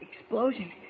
Explosion